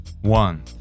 one